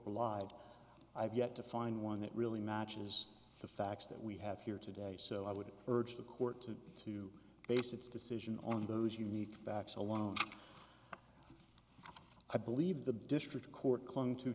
lied i've yet to find one that really matches the facts that we have here today so i would urge the court to base its decision on those unique facts alone i believe the district court clung to